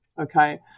okay